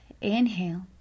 Inhale